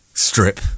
Strip